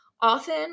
often